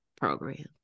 program